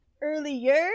earlier